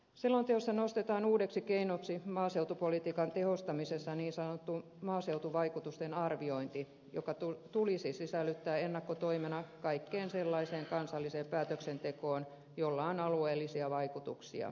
selonteossa nostetaan uudeksi keinoksi maaseutupolitiikan tehostamisessa niin sanottu maaseutuvaikutusten arviointi joka tulisi sisällyttää ennakkotoimena kaikkeen sellaiseen kansalliseen päätöksentekoon jolla on alueellisia vaikutuksia